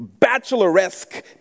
bacheloresque